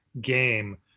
game